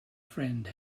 friend